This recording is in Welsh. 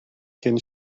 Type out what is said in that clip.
cyn